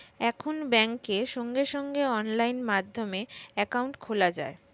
এখন ব্যাংকে সঙ্গে সঙ্গে অনলাইন মাধ্যমে অ্যাকাউন্ট খোলা যায়